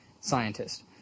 scientist